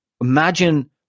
Imagine